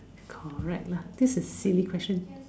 correct lah this is silly question